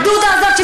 הדודה הזאת,